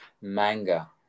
manga